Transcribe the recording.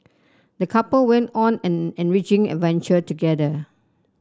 the couple went on an enriching adventure together